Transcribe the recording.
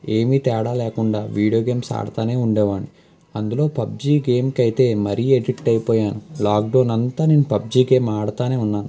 ఏమి తేడా లేకుండా వీడియో గేమ్స్ ఆడుతానే ఉండేవాడిని అందులో పబ్జీ గేమ్కయితే మరి ఎడిక్ట్ అయిపోయాను లాక్డౌన్ అంతా నేను పబ్జీ గేమ్ ఆడుతానే ఉన్నాను